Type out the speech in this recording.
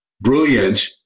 brilliant